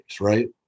right